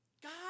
God